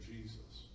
Jesus